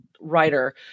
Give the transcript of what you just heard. writer